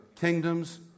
kingdoms